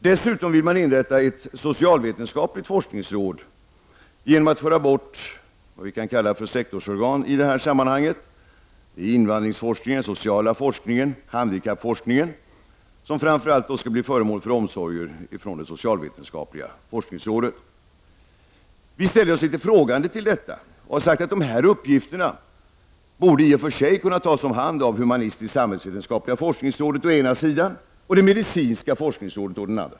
Dessutom vill man inrätta ett socialvetenskapligt forskningsråd genom att föra bort vad vi i det här sammanhanget kan kalla för sektorsorgan. Det är t.ex. invandringsforskning och handikappforskning som framför allt skulle bli föremål för omsorger från det socialvetenskapliga forskningsrådet. Vi ställer oss litet frågande till detta och har sagt att dessa uppgifter i och för sig borde kunna tas om hand av humanistisk-samhällsvetenskapliga forskningsrådet å ena sidan och det medicinska forskningsrådet å andra sidan.